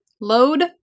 load